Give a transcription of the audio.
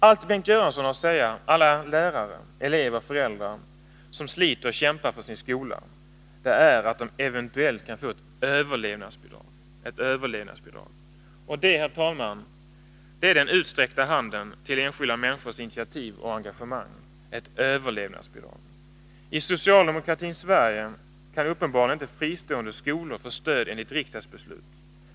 Allt Bengt Göransson har att säga alla lärare, elever och föräldrar som sliter och kämpar för sin skola är att de eventuellt kan få ett ”överlevnadsbidrag”. Det, herr talman, är den utsträckta handen till enskilda människors initiativ och engagemang: ett ”överlevnadsbidrag”. I socialdemokratins Sverige kan fristående skolor uppenbarligen inte få stöd enligt riksdagsbeslut.